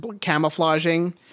camouflaging